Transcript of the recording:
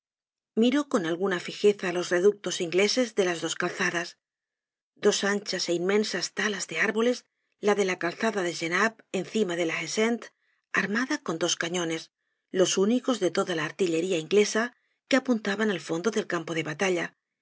miró con alguna fijeza los reductos ingleses de las dos calzadas dos anchas é inmensas talas de árboles la de la calzada de genappe encima de la haie sainte armada con dos cañones los únicos de toda la artillería in i glesa que apuntaban al fondo del campo de batalla y